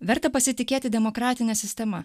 verta pasitikėti demokratine sistema